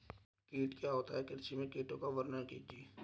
कीट क्या होता है कृषि में कीटों का वर्णन कीजिए?